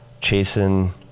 chasing